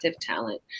talent